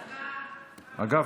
אגב,